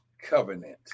covenant